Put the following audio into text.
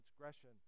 transgression